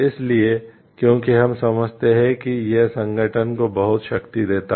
इसलिए क्योंकि हम समझते हैं कि यह संगठन को बहुत शक्ति देता है